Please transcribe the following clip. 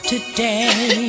Today